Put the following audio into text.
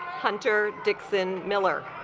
hunter dixon miller